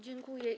Dziękuję.